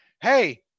hey